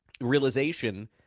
realization